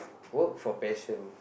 work for passion